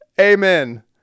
Amen